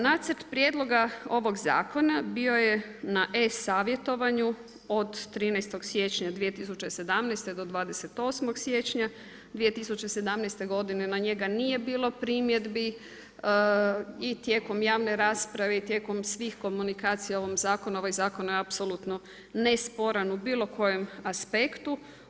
Nacrt prijedloga ovog zakona bio je na e-savjetovanju od 13. siječnja 2017. do 28. siječnja 2017. godine, na njega nije bilo primjedbi, i tijekom javne rasprave i tijekom svih komunikacija o ovom zakonu, ovaj zakon je apsolutno nesporan u bilo kojem aspektu.